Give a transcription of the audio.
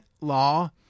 law